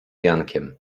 jankiem